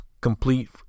complete